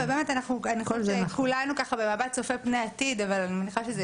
אני חושבת שכולנו במבט צופה פני עתיד אבל אני מניחה שזה